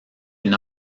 une